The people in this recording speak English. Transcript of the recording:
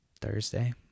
Thursday